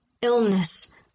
illness